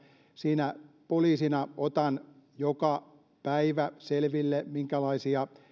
siinä poliisina otan joka päivä selville minkälaisia